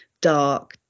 dark